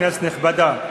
כנסת נכבדה,